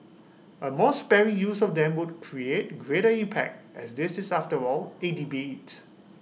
A more sparing use of them would create greater impact as this is after all A debate